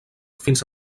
fins